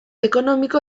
ekonomiko